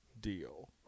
deal